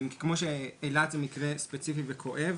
כמו שאילת זה מקרה ספציפי וכואב